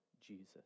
Jesus